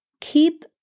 keep